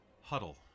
huddle